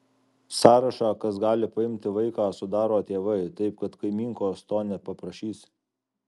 sąrašą kas gali paimti vaiką sudaro tėvai taip kad kaimynkos to nepaprašysi